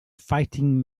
fighting